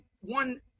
one